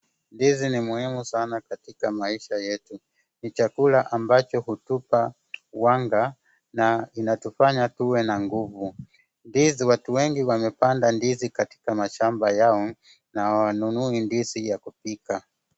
Ndizi ni muhimu sana katika maisha yetu, ni chakula ambacho hutupa wanga na inatufanya tuwe na nguvu. Ndizi, watu wengi wamepanda ndizi katika mashamba yao, hawanunui ndizi ya kupika.